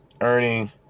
earning